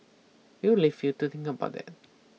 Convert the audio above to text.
we'll leave you to think about that